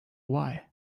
why